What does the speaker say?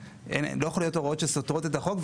לא יכול היות הוראות שסותרות את החוק,